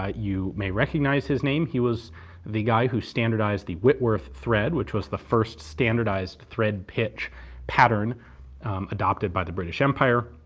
ah you may recognise his name, he was the guy who standardised the whitworth thread which was the first standardised thread pitch pattern adopted by the british empire,